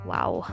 Wow